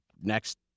next